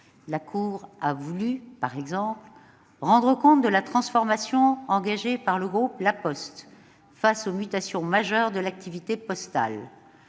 La Cour a, par exemple, voulu rendre compte de la transformation engagée par le groupe La Poste face aux mutations majeures de l'activité postale.